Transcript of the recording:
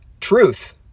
truth